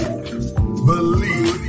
Believe